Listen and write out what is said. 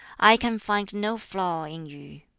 i can find no flaw in yu.